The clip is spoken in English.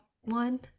one